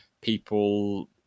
people